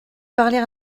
parler